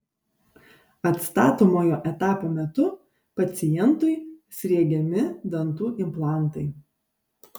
atstatomojo etapo metu pacientui sriegiami dantų implantai